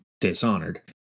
dishonored